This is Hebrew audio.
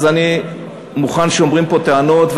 אז אני מוכן שאומרים פה טענות,